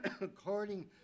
according